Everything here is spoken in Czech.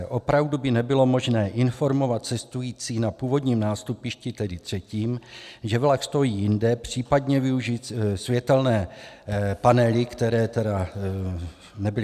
Opravdu by nebylo možné informovat cestující na původním nástupišti, tedy třetím, že vlak stojí jinde, případně využít světelné panely, které tedy nebyly...